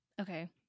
okay